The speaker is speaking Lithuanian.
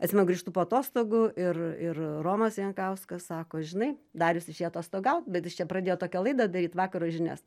atsimenu grįžtu po atostogų ir ir romas jankauskas sako žinai darius išėjo atostogaut bet jis čia pradėjo tokią laidą daryt vakaro žinias